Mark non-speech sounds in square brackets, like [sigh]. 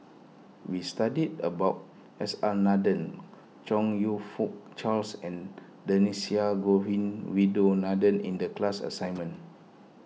we studied about S R Nathan Chong You Fook Charles and Dhershini Govin [unintelligible] in the class assignment